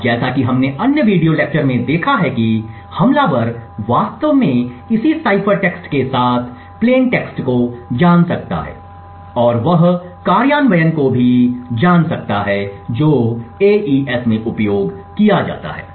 अब जैसा कि हमने अन्य वीडियो लेक्चर में देखा है कि एक हमलावर वास्तव में एक इसी साइफर टेक्स्ट के साथ प्लेन टेक्स्ट को जान सकता है और वह कार्यान्वयन को भी जान सकता है जो एईएस में उपयोग किया जाता है